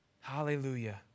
Hallelujah